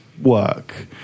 work